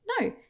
No